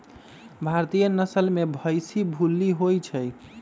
भारतीय नसल में भइशी भूल्ली होइ छइ